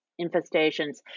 infestations